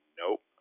nope